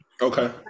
Okay